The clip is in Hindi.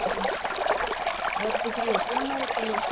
हाँ बहुत बिक्री होती है हमारे फूलों की